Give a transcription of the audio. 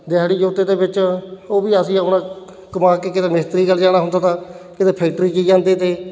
ਦਿਹਾੜੀ ਜੋਤੇ ਦੇ ਵਿੱਚ ਉਹ ਵੀ ਅਸੀਂ ਆਪਣਾ ਕਮਾ ਕੇ ਕਦੇ ਮਿਸਤਰੀ ਗੈਲ ਜਾਣਾ ਹੁੰਦਾ ਤਾ ਕਦੇ ਫੈਕਟਰੀ 'ਚ ਜਾਂਦੇ ਤੇ